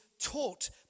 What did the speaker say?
taught